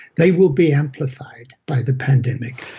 they will be amplified by the pandemic.